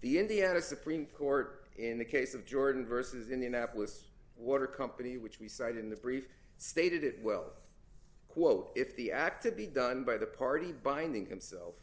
the indiana supreme court in the case of jordan versus indianapolis water company which we cited in the brief stated it well quote if the act to be done by the party binding himself